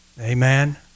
Amen